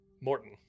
Morton